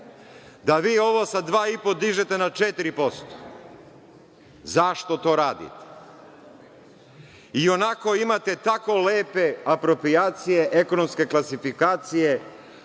da vi ovo sa 2,5% dižete na 4%. Zašto to radim? I onako imate tako lepe aproprijacije ekonomske klasifikacije,